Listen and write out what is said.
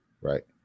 Right